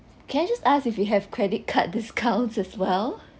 can I just ask if you have credit card discounts as well